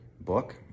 book